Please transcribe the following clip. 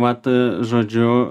vat žodžiu